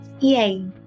Yay